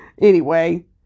Anyway